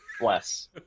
Bless